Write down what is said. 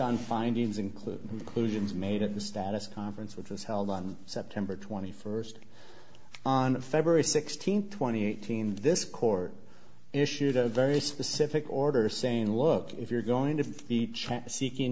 on findings including inclusions made at the status conference which was held on september twenty first on february sixteenth twenty eighteen this court issued a very specific order saying look if you're going to